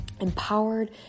empowered